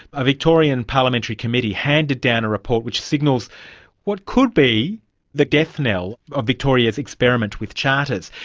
a victorian parliamentary committee handed down a report which signals what could be the death knell of victoria's experiment with charters.